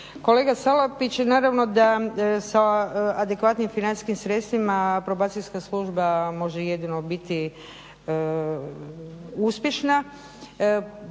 Kolega Salapić, naravno da sa adekvatnim financijskim sredstvima Probacijska služba može jedino biti uspješna.